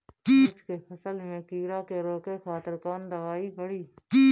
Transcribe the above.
मिर्च के फसल में कीड़ा के रोके खातिर कौन दवाई पड़ी?